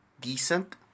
decent